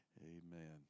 Amen